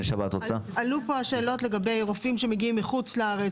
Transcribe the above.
עלו פה שאלות לגבי רופאים שמגיעים מחוץ לארץ